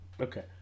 Okay